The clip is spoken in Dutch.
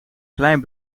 klein